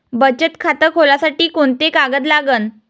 बचत खात खोलासाठी कोंते कागद लागन?